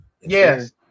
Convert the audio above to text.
Yes